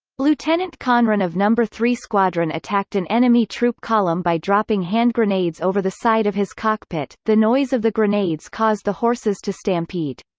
lieutenant conran of no three squadron attacked an enemy troop column by dropping hand grenades over the side of his cockpit the noise of the grenades caused the horses to stampede.